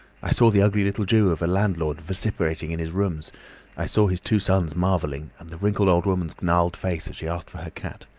i saw the ugly little jew of a landlord vociferating in his rooms i saw his two sons marvelling, and the wrinkled old woman's gnarled face as she asked for her cat.